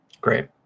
Great